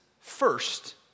first